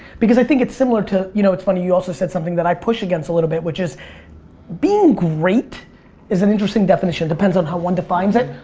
because i think it similar to, you know it's funny, you also said something that i push against a little bit which is being great is an interesting definition. depends on how one defines it.